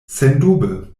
sendube